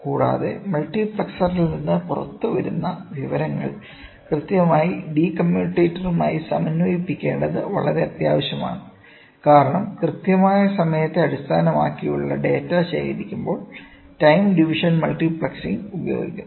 കൂടാതെ മൾട്ടിപ്ലക്സറിൽ നിന്ന് പുറത്തുവരുന്ന വിവരങ്ങൾ കൃത്യമായി ഡി കമ്മ്യൂട്ടേറ്ററുമായി സമന്വയിപ്പിക്കേണ്ടത് വളരെ അത്യാവശ്യമാണ് കാരണം കൃത്യമായ സമയത്തെ അടിസ്ഥാനമാക്കിയുള്ള ഡാറ്റ ശേഖരിക്കുമ്പോൾ ടൈം ഡിവിഷൻ മൾട്ടിപ്ലക്സിംഗ് ഉപയോഗിക്കുന്നു